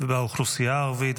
ובאוכלוסייה הערבית,